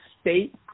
state